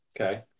Okay